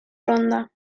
ronda